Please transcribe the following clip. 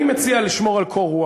אני מציע לשמור על קור רוח.